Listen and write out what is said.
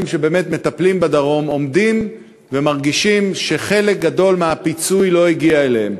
שבאמת מטפלים בדרום עומדים ומרגישים שחלק גדול מהפיצוי לא הגיע אליהם.